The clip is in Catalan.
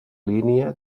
línia